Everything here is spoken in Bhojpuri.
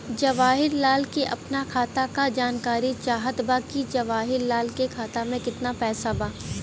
जवाहिर लाल के अपना खाता का जानकारी चाहत बा की जवाहिर लाल के खाता में कितना पैसा बा?